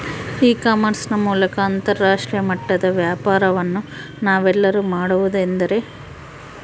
E commerce ನ ಮೂಲಕ ಅಂತರಾಷ್ಟ್ರೇಯ ಮಟ್ಟದ ವ್ಯಾಪಾರವನ್ನು ನಾವೆಲ್ಲರೂ ಮಾಡುವುದೆಂದರೆ?